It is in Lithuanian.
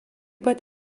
pat